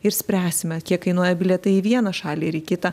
ir spręsime kiek kainuoja bilietai į vieną šalį ir į kitą